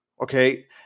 okay